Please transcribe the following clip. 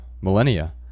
millennia